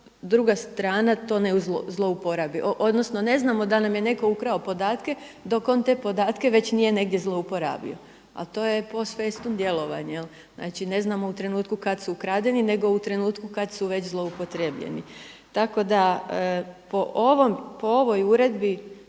druga strana to ne zlouporabi. Odnosno ne znamo da li nam je netko ukrao podatke dok on te podatke već nije negdje zlouporabio, a to je post festum djelovanje jel, znači ne znamo u trenutku kada su ukradeni nego u trenutku kada su već zloupotrijebljeni. Tako da po ovoj uredbi